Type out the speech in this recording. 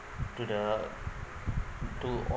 to the to